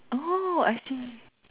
orh I see